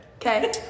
Okay